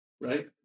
right